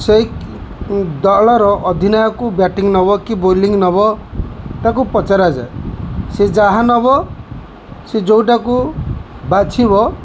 ସେଇ ଦଳର ଅଧିନାୟକୁ କୁ ବ୍ୟାଟିଂ ନେବ କି ବୋଲିଂ ନେବ ତାକୁ ପଚରାଯାଏ ସେ ଯାହା ନେବ ସେ ଯେଉଁଟାକୁ ବାଛିବ